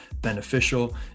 beneficial